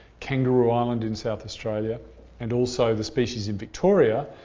kangaroo island in south australia and also the species in victoria,